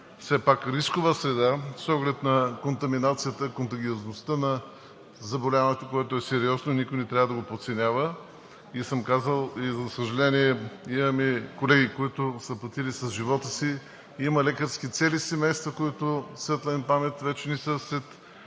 все пак рискова среда с оглед на контаминацията, контагиозността на заболяването, което е сериозно, и никой не трябва да го подценява, казал съм и, за съжаление, имаме колеги, които са платили с живота си. Има цели лекарски семейства, които светла им памет, вече не са сред